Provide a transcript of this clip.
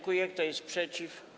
Kto jest przeciw?